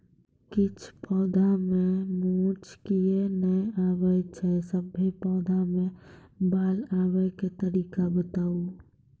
किछ पौधा मे मूँछ किये नै आबै छै, सभे पौधा मे बाल आबे तरीका बताऊ?